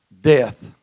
death